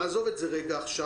עזוב את זה עכשיו,